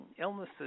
illnesses